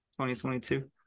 2022